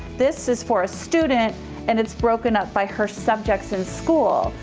this is for students and it's broken up by her subjects in school.